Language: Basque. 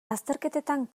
azterketetan